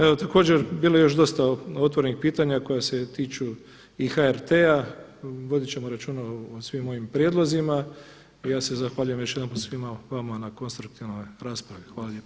Evo također bilo je još dosta otvorenih pitanja koja se tiču i HRT-a, vodit ćemo računa o svim ovim prijedlozima i ja se zahvaljujem još jedanput svima vama na konstruktivnoj raspravi.